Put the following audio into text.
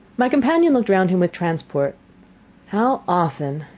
my companion looked round him with transport how often,